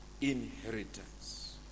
inheritance